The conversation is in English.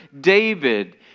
David